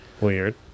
Weird